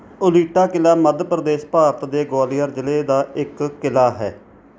ਉਟੀਲਾ ਕਿਲ੍ਹਾ ਮੱਧ ਪ੍ਰਦੇਸ਼ ਭਾਰਤ ਦੇ ਗਵਾਲੀਅਰ ਜ਼ਿਲ੍ਹੇ ਦਾ ਇੱਕ ਕਿਲ੍ਹਾ ਹੈ